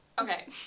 Okay